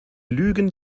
lügen